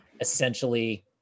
essentially